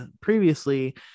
previously